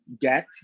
get